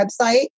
website